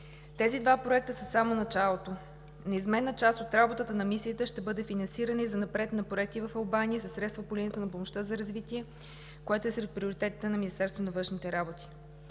Тези два проекта са само началото. Неизменна част от работата на мисията ще бъде финансиране и занапред на проекти в Албания със средства по линията на помощта за развитие, което е сред приоритетите на Министерството на външните работи.